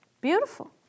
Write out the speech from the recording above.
Beautiful